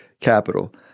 capital